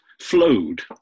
flowed